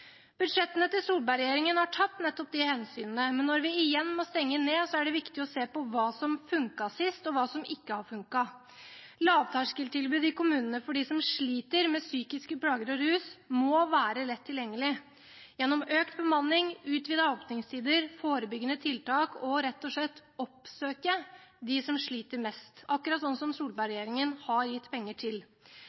Budsjettene til Solberg-regjeringen har tatt nettopp de hensynene, men når vi igjen må stenge ned, er det viktig å se på hva som funket sist, og hva som ikke har funket. Lavterskeltilbud i kommunene for dem som sliter med psykiske plager og rus, må være lett tilgjengelig gjennom økt bemanning, utvidede åpningstider, forebyggende tiltak og rett og slett å oppsøke dem som sliter mest – akkurat det Solberg-regjeringen har gitt penger til.